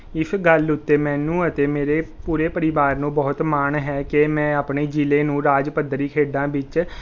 ਇਸ ਗੱਲ ਉੱਤੇ ਮੈਨੂੰ ਅਤੇ ਮੇਰੇ ਪੂਰੇ ਪਰਿਵਾਰ ਨੂੰ ਬਹੁਤ ਮਾਣ ਹੈ ਕਿ ਮੈਂ ਆਪਣੇ ਜ਼ਿਲ੍ਹੇ ਨੂੰ ਰਾਜ ਪੱਧਰੀ ਖੇਡਾਂ ਵਿੱਚ